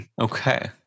okay